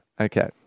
Okay